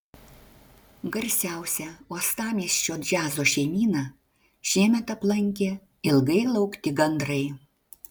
garsiausią uostamiesčio džiazo šeimyną šiemet aplankė ilgai laukti gandrai